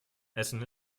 essen